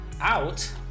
out